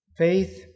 Faith